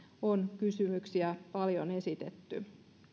on kysymyksiä paljon esitetty